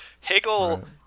Hegel